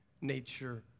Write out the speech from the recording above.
nature